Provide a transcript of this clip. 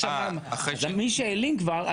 עכשיו מי שהעלים כבר,